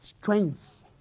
Strength